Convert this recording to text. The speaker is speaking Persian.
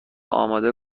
اماده